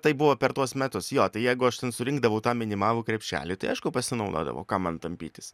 tai buvo per tuos metus jo tai jeigu aš ten surinkdavau tą minimalų krepšelį tai aišku pasinaudodavau kam man tampytis